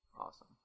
Awesome